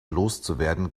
loszuwerden